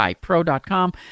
Pro.com